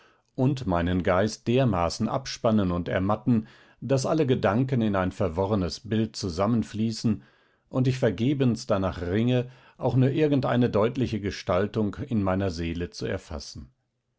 und meinen geist dermaßen abspannen und ermatten daß alle gedanken in ein verworrenes bild zusammenfließen und ich vergebens darnach ringe auch nur irgendeine deutliche gestaltung in meiner seele zu erfassen